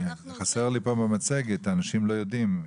זה חסר לי פה במצגת ואנשים לא יודעים.